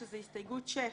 שזו הסתייגות 6,